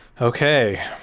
Okay